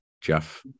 Jeff